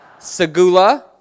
segula